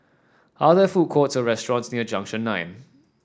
are there food courts or restaurants near Junction Nine